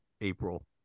April